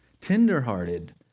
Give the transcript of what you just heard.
tenderhearted